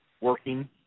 working